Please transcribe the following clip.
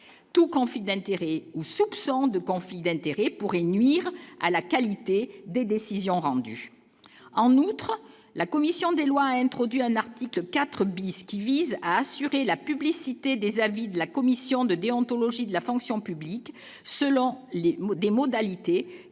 tout conflit d'intérêts ou soupçons de conflit d'intérêts pourrait nuire à la qualité des décisions rendues en outre, la commission des lois, introduit un article 4 bis qui visent à assurer la publicité des avis de la commission de déontologie de la fonction publique, selon les mots